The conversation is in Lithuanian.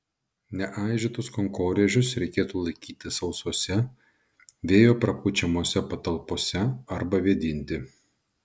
neaižytus kankorėžius reikėtų laikyti sausose vėjo prapučiamose patalpose arba vėdinti